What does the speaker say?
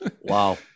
Wow